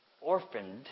orphaned